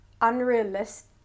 unrealistic